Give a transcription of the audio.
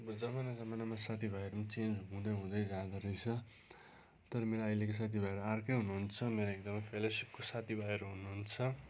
अब जमाना जमानामा साथीभाइहरू चेन्ज हुँदै हुँदै जाँदो रहेछ तर मेरो अहिलेको साथीहरू अर्कै हुनुहुन्छ मेरो एकदमै फेलोसिपको साथीभाइहरू हुनुहुन्छ